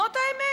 זאת האמת.